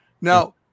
Now